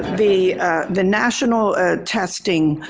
ah the the national testing,